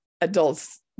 adults